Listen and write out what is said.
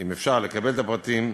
אם אפשר, לקבל את הפרטים,